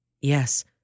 Yes